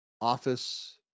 Office